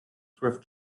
thrift